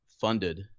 funded